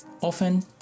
often